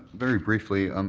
very briefly, um